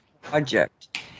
project